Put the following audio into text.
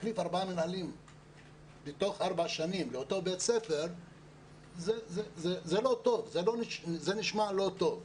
להחליף ארבעה מנהלים בתוך ארבע שנים באותו בית הספר זה נשמע לא טוב.